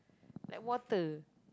like water